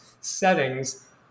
settings